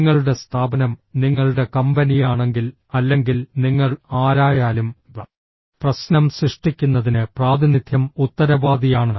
നിങ്ങളുടെ സ്ഥാപനം നിങ്ങളുടെ കമ്പനിയാണെങ്കിൽ അല്ലെങ്കിൽ നിങ്ങൾ ആരായാലും പ്രശ്നം സൃഷ്ടിക്കുന്നതിന് പ്രാതിനിധ്യം ഉത്തരവാദിയാണ്